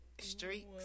Streets